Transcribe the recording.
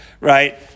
right